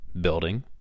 building